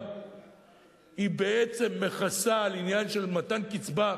הוא בעצם מכסה על עניין של מתן קצבה,